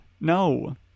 No